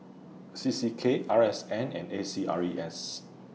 C C K R S N and A C R E S